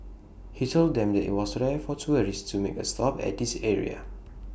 he told them that IT was rare for tourists to make A stop at this area